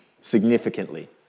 significantly